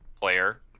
player